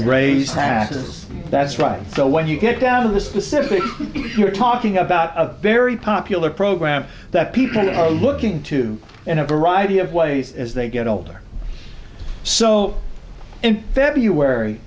raised passes that's right so when you get down to the specific you're talking about a very popular program that people are looking to and a variety of ways as they get older so in february